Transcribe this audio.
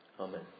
Amen